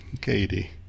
Katie